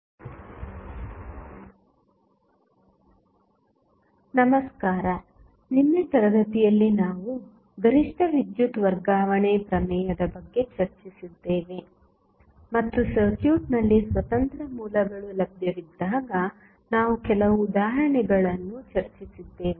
ಉಪನ್ಯಾಸ 19 ಗರಿಷ್ಠ ವಿದ್ಯುತ್ ವರ್ಗಾವಣೆ ಪ್ರಮೇಯ ನಮಸ್ಕಾರ ನಿನ್ನೆ ತರಗತಿಯಲ್ಲಿ ನಾವು ಗರಿಷ್ಠ ವಿದ್ಯುತ್ ವರ್ಗಾವಣೆ ಪ್ರಮೇಯದ ಬಗ್ಗೆ ಚರ್ಚಿಸಿದ್ದೇವೆ ಮತ್ತು ಸರ್ಕ್ಯೂಟ್ನಲ್ಲಿ ಸ್ವತಂತ್ರ ಮೂಲಗಳು ಲಭ್ಯವಿದ್ದಾಗ ನಾವು ಕೆಲವು ಉದಾಹರಣೆಗಳನ್ನು ಚರ್ಚಿಸಿದ್ದೇವೆ